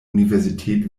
universität